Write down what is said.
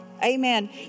Amen